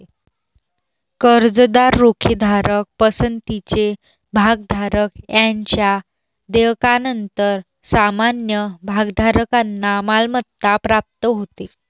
कर्जदार, रोखेधारक, पसंतीचे भागधारक यांच्या देयकानंतर सामान्य भागधारकांना मालमत्ता प्राप्त होते